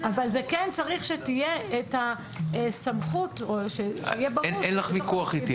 אבל כן צריך שתהיה את הסמכות או שיהיה ברור --- אין לך ויכוח איתי.